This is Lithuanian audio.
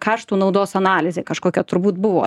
kaštų naudos analizė kažkokia turbūt buvo